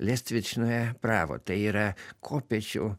lestnečnoje pravo tai yra kopėčių